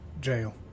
jail